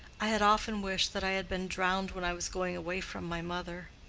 i had often wished that i had been drowned when i was going away from my mother.